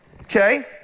okay